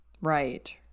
right